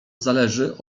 zależy